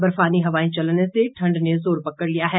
बर्फानी हवाए चलने से ठंड ने जोर पकड़ लिया है